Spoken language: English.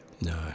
No